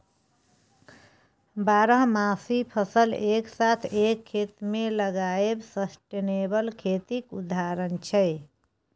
बारहमासी फसल एक साथ एक खेत मे लगाएब सस्टेनेबल खेतीक उदाहरण छै